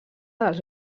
dels